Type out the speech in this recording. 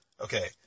Okay